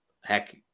heck